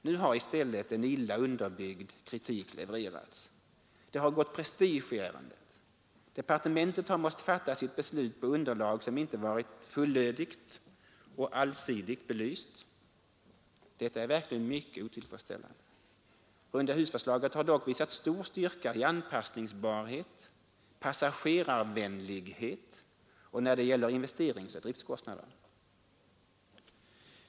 Nu har i stället en illa underbyggd kritik levererats. Det har gått prestige i ärendet. Departementet har måst fatta sitt beslut på underlag som inte varit fullödigt och allsidigt belyst. Detta är verkligen mycket otillfredsställande. Rundahusförslaget har dock visat stor styrka i anpassbarhet och passagerarvänlighet och när det gäller investeringsoch driftkostnader.